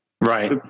Right